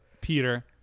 Peter